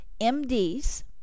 MDs